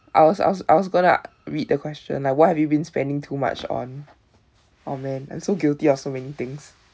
I was I was I was going to read the question like what have you been spending too much on oh man I'm so guilty of so many things